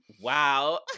Wow